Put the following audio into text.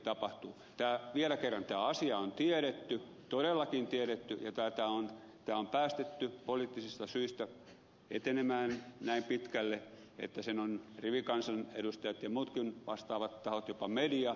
vielä kerran tämä asia on tiedetty todellakin tiedetty ja tämä on päästetty poliittisista syistä etenemään näin pitkälle että sen ovat rivikansanedustajat ja muutkin vastaavat tahot jopa media huomanneet